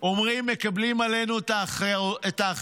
אומרים: מקבלים עלינו את האחריות..